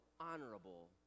honorable